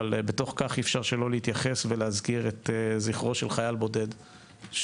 אבל בתוך כך אי-אפשר שלא להתייחס ולהזכיר את זכרו של חייל בודד שנרצח